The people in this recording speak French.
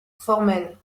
formel